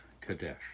Kadesh